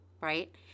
right